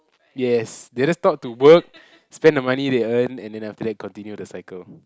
yes they're just taught to work spend the money they earn and then after that continue the cycle